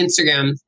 Instagram